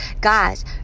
Guys